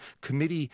Committee